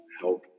help